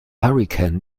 hurrikan